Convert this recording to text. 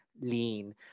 lean